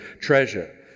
treasure